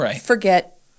forget